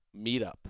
Meetup